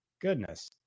Goodness